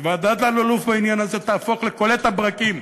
וועדת אלאלוף בעניין הזה תהפוך לכולאת הברקים